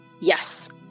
Yes